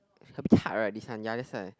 a bit hard right this one ya that's why